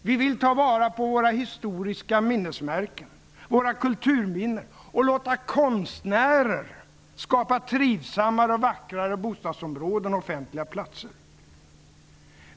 Vi vill ta vara på våra historiska minnesmärken, våra kulturminnen, och låta konstnärer skapa trivsammare och vackrare bostadsområden och offentliga platser. 5.